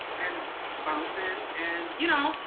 and bouncin', and you know,